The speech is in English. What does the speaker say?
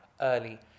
early